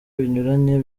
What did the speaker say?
binyuranye